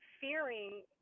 fearing